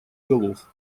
голов